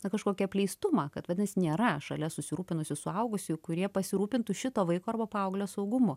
na kažkokį apleistumą kad vadinasi nėra šalia susirūpinusių suaugusiųjų kurie pasirūpintų šito vaiko arba paauglio saugumu